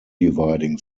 dividing